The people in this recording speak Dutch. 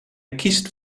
kiest